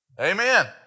Amen